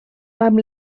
amb